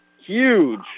huge